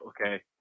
okay